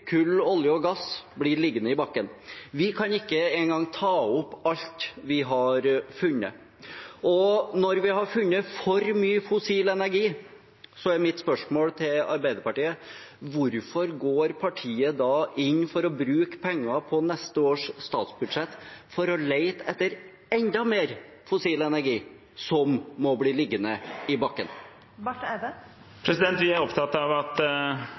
kull, olje og gass bli liggende i bakken. Vi kan ikke engang ta opp alt vi har funnet. Når vi har funnet for mye fossil energi, er mitt spørsmål til Arbeiderpartiet: Hvorfor går partiet da inn for å bruke penger på neste års statsbudsjett for å lete etter enda mer fossil energi, som må bli liggende i bakken? Vi er opptatt av at